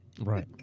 Right